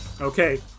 Okay